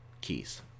keys